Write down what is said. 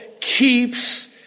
keeps